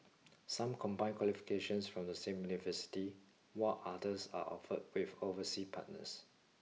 some combine qualifications from the same university while others are offered with overseas partners